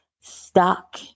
stuck